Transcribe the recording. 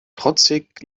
trotzig